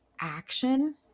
action